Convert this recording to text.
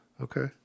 Okay